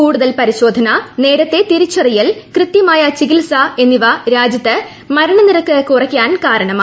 കൂടുതൽ പരിശോള്സ്ക് ടീനേരത്തെ തിരിച്ചറിയൽ കൃത്യമായ ചികിത്സ എന്നിവ രാജ്യത്ത് മരണനിരക്കു കുറയാൻ കാരണമായി